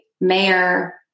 mayor